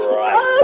right